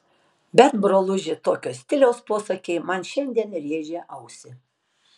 bet broluži tokio stiliaus posakiai man šiandien rėžia ausį